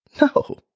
No